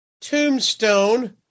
Tombstone